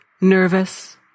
nervous